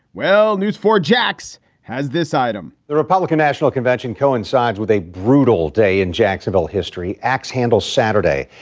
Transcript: well, news for jacs has this item the republican national convention coincides with a brutal day in jacksonville history. ax handle saturday.